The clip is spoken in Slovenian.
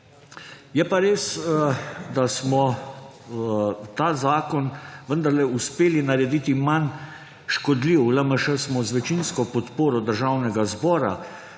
Je pa res, da smo ta zakon vendarle uspeli narediti manj škodljiv. V LMŠ smo z večinsko podporo Državnega zbora,